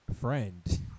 friend